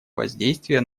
воздействие